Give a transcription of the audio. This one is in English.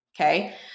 Okay